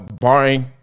barring